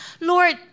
Lord